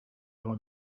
there